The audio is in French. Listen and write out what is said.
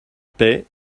paix